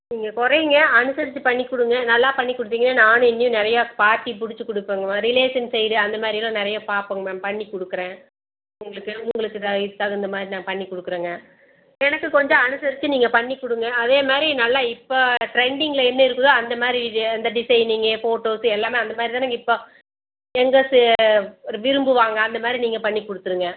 நீங்கள் குறைங்க அனுசரிச்சு பண்ணிக் கொடுங்க நல்லா பண்ணிக் கொடுத்தீங்கன்னா நானும் இன்னும் நிறையா பார்ட்டி புடிச்சு கொடுப்பேன் நம்ம ரிலேஷன் சைடு அந்த மாதிரிலாம் நிறையா பார்ப்பேங்க மேம் பண்ணிக் கொடுக்குறேன் உங்களுக்கு உங்களுக்கு தகுந்த மாதிரி நான் பண்ணிக் கொடுக்குறேங்க எனக்கு கொஞ்சம் அனுசரிச்சு நீங்கள் பண்ணிக் கொடுங்க அதே மாதிரி நல்லா இப்போ ட்ரெண்டிங்கில் என்ன இருக்குதோ அந்த மாதிரி இது இந்த டிசைனிங்கு ஃபோட்டோஸு எல்லாமே அந்த மாதிரி தானேங்க இப்போது யங்கர்ஸு விரும்புவாங்க அந்த மாதிரி நீங்கள் பண்ணிக் கொடுத்துருங்க